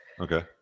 Okay